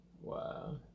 wow